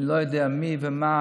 אני לא יודע מי ומה.